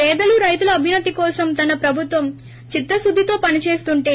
పేదలు రైతుల అభ్యున్నతి కోసం తన ప్రభుత్వం చిత్తశుద్దితో పనిచేస్తుంటే